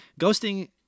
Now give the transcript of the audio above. Ghosting